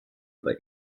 bei